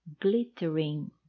glittering